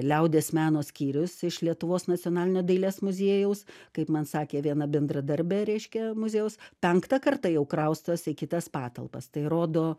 liaudies meno skyrius iš lietuvos nacionalinio dailės muziejaus kaip man sakė viena bendradarbė reiškia muziejaus penktą kartą jau kraustosi į kitas patalpas tai rodo